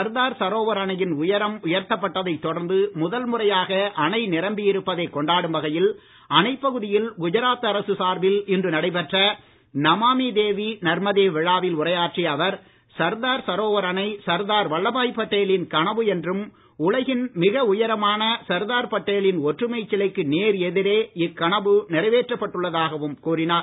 சர்தார் சரோவர் அணையின் உயரம் அதிகரிக்கப் பட்டதைத் தொடர்ந்து முதல் முறையாக அணை நிரம்பி இருப்பதை கொண்டாடும் வகையில் அணைப் பகுதியில் குஜராத் அரசு சார்பில் இன்று நடைபெற்ற நமாமி தேவி நர்மதே விழாவில் உரையாற்றிய அவர் சர்தார் சரோவர் அணை சர்தார் வல்லபாய் பட்டேலின் கனவு என்றும் உலகின் மிக உயரமான சர்தார் பட்டேலின் ஒற்றுமைச் சிலைக்கு நேர் எதிரே இக்கனவு நிறைவேற்றப் பட்டுள்ளதாகவும் கூறினார்